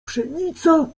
pszenica